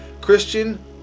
Christian